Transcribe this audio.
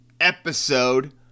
episode